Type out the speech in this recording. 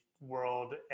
world